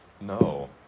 No